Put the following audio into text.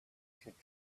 should